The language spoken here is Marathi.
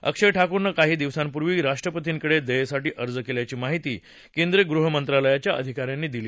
अक्षय ठाकूरनं काही दिवसांपूर्वी राष्ट्रपतींकडे दयेसाठी अर्ज केल्याघी माहिती केंद्रीय गृहमंत्रालयाच्या अधिकाऱ्यांनी दिली